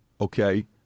okay